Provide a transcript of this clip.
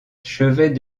chevet